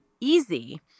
easy